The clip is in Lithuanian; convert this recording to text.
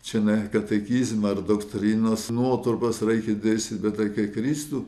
čionai katechizmą ar doktrinos nuotrupas reikia dėstyt bet apie kristų